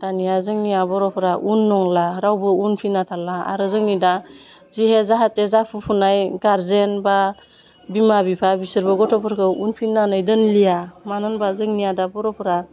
दानिया जोंनिया बर'फोरा उन नंला रावबो उनफिन्ना थाला आरो जोंनि दा जिहे जाहाते जाखांफुनाय गार्जेन बा बिमा बिफा बिसोरबो गथ'फोरखौ उनफिन्नानै दोनलिया मानो होनबा जोंनिया दा बर'फोरा